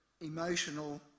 emotional